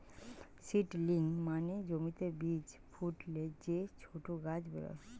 seedling মানে জমিতে বীজ ফুটলে যে ছোট গাছ বেরোয়